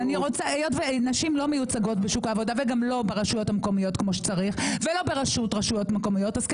היות ונשים לא מיוצגות בשוק העבודה וגם לא ברשויות המקומיות כמו שצריך,